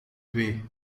twee